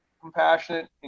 compassionate